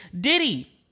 Diddy